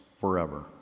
forever